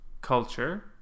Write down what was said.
Culture